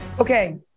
Okay